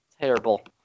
terrible